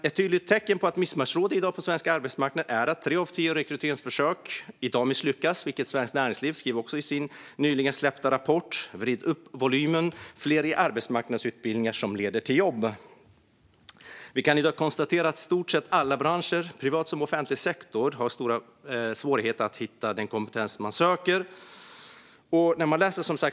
Ett tydligt tecken på att missmatchning råder är att tre av tio rekryteringsförsök i dag misslyckas, vilket Svenskt Näringsliv också konstaterade i sin nyligen släppta rapport Vrid upp volymen - fler i arbetsmarknadsutbildningar som leder till jobb . Jag konstaterar att i stort sett alla branscher inom såväl privat som offentlig sektor har stora svårigheter att hitta den kompetens man söker.